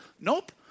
Nope